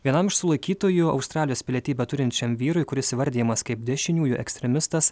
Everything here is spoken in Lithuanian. vienam iš sulaikytųjų australijos pilietybę turinčiam vyrui kuris įvardijamas kaip dešiniųjų ekstremistas